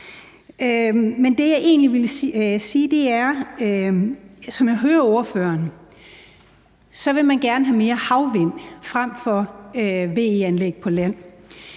Det, jeg egentlig vil sige, er, at som jeg hører ordføreren, så vil man gerne have flere havvindmøller frem for VE-anlæg på land,